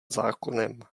zákonem